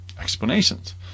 explanations